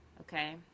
okay